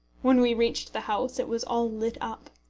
when we reached the house it was all lit up.